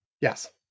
Yes